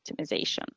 optimization